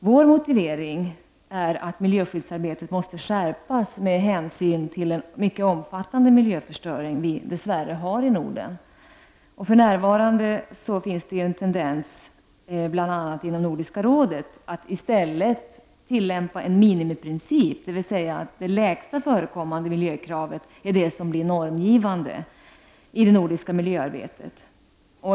Vår motivering är att miljöskyddsarbetet måste skärpas med hänsyn till den mycket omfattande miljöförstöring som vi dess värre har i Norden. För närvarande finns det en tendens, bl.a. inom Nordiska rådet, att i stället tillämpa en minimiprincip, dvs. att det lägsta förekommande miljökravet är det som blir normgivande i det nordiska miljöarbetet.